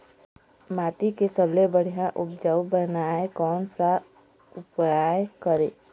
माटी के सबसे बढ़िया उपजाऊ बनाए कोन सा उपाय करें?